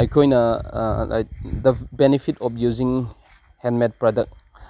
ꯑꯩꯈꯣꯏꯅ like the benefit of using ꯍꯦꯟꯃꯦꯗ product